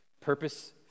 Purpose